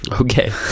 Okay